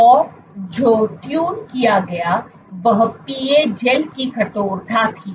और जो ट्यून किया गया वह PA gel की कठोरता थी